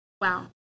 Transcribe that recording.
wow